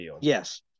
Yes